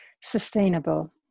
Sustainable